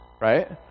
right